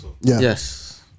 Yes